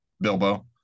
Bilbo